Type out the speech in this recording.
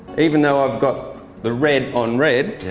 even though i've got the red on red,